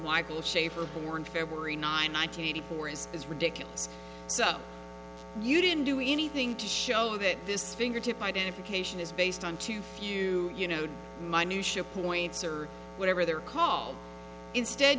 michael schaper born february nine hundred eighty four is is ridiculous so you didn't do anything to show that this fingertip identification is based on too few you know my new ship points or whatever they're called instead